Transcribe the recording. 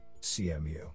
CMU